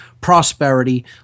prosperity